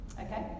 Okay